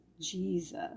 Jesus